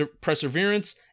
perseverance